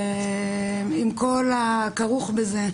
ועם כל הכרוך בזה,